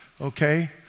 Okay